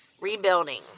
rebuilding